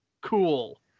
Cool